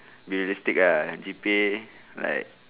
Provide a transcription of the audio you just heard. be realistic ah G_P_A like